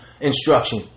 instruction